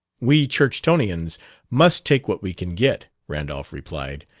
we churchtonians must take what we can get, randolph replied,